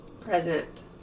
present